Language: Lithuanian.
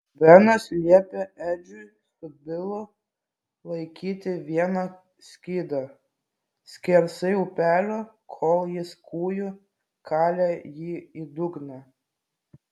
benas liepė edžiui su bilu laikyti vieną skydą skersai upelio kol jis kūju kalė jį į dugną